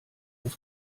aus